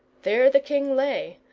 there the king lay,